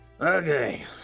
Okay